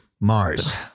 Mars